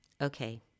Okay